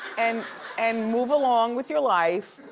and and move along with your life,